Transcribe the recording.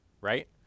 right